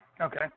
Okay